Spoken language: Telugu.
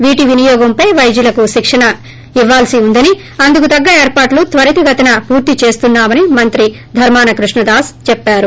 వీటి వినియోగంపై వైద్యులకు శిక్షణ ఇవ్వాల్సి ఉందని అందుకు తగ్గ ఏర్పాట్లు త్వరితగతిన పూర్తి చేస్తున్నా మని మంత్రి ధర్మాన కృష్ణదాస్ చెప్పారు